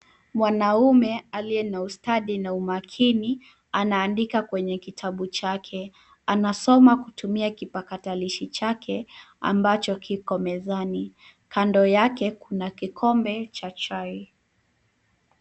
Mwanaume aliye na ustadi na umakini anaandika kwenye kitabu chake. Anasoma kutumia kipakatalishi chake ambacho kiko mezani. Kando yake kuna kikombe cha chai.